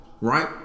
right